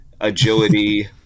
agility